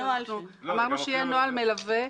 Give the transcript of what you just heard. אמרנו שיהיה נוהל מלווה,